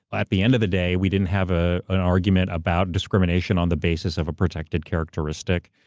at the end of the day, we didn't have ah an argument about discrimination on the basis of a protected characteristic,